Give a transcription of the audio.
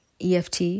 EFT